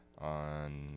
on